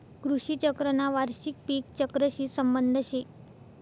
कृषी चक्रना वार्षिक पिक चक्रशी संबंध शे